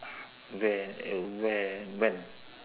where and where when